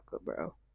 bro